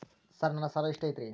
Sir ನನ್ನ ಸಾಲಾ ಎಷ್ಟು ಐತ್ರಿ?